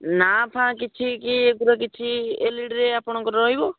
ନାଁ ଫାଁ କିଛି କି ଏଗୁଡ଼ା କିଛି ଏଲ୍ଇଡ଼ରେ ଆପଣଙ୍କର ରହିବ